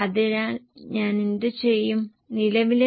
അതിനാൽ C 42 x 1